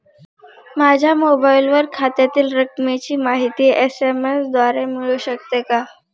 माझ्या मोबाईलवर खात्यातील रकमेची माहिती एस.एम.एस द्वारे मिळू शकते का?